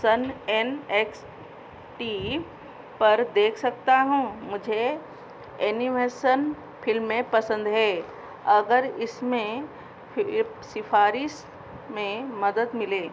सन N X T पर देख सकता हूँ मुझे एनिमशन फ़िल्में पसंद है अगर इसमें सिफारिश में मदद मिलें